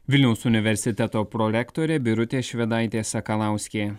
vilniaus universiteto prorektorė birutė švedaitė sakalauskė